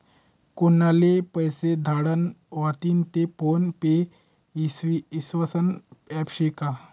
कोनले पैसा धाडना व्हतीन ते फोन पे ईस्वासनं ॲप शे का?